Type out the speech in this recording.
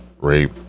rape